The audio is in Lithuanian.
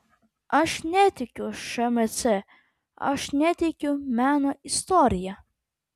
aš netikiu šmc aš netikiu meno istorija